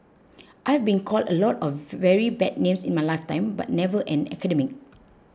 I've been called a lot of very bad names in my lifetime but never an academic